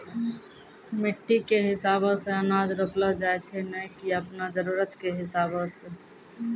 मिट्टी कॅ हिसाबो सॅ अनाज रोपलो जाय छै नै की आपनो जरुरत कॅ हिसाबो सॅ